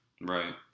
right